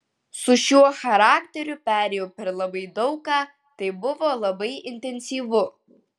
su šiuo charakteriu perėjau per labai daug ką tai buvo labai intensyvu